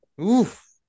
Oof